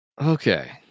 Okay